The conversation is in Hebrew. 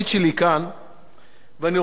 ואני רוצה לומר ולקוות